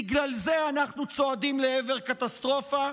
בגלל זה אנחנו צועדים לעבר קטסטרופה.